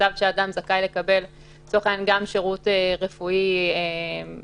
מצב שאדם זכאי לקבל לצורך העניין גם שירות רפואי מביטוח